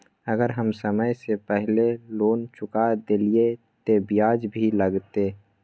अगर हम समय से पहले लोन चुका देलीय ते ब्याज भी लगते?